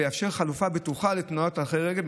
ויאפשר חלופה בטוחה לתנועת הולכי רגל.